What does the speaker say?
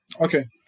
Okay